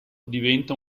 diventa